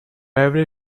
every